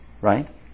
right